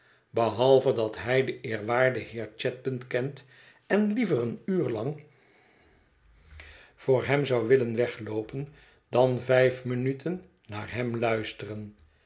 behalve dat hij den eerwaarden heer chadband kent en liever een uur lang voor hem zou willen wegloopen dan vijf minuten naar hem luisteren